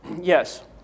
Yes